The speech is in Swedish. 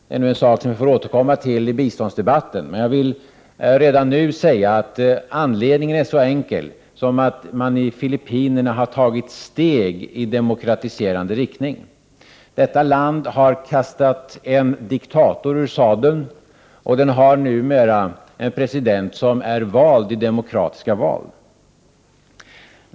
Det är en sak som vi får återkomma till i biståndsdebatten, men jag vill redan nu säga att anledningen är så enkel som att man i Filippinerna har tagit steg i demokratiserande riktning. Detta land har kastat en diktator ur sadeln och har numera en president som är vald i demokratiska val.